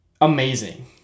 amazing